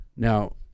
Now